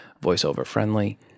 voiceover-friendly